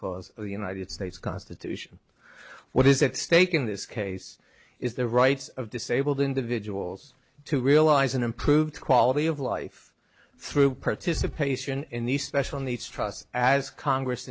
clause of the united states constitution what is at stake in this case is the rights of disabled individuals to realize an improved quality of life through participation in the special needs trust as congress